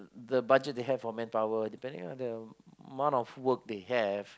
the budget they have for manpower depending on the amount of work they have